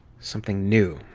something new,